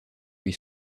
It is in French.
lui